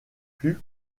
plus